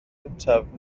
gyntaf